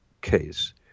case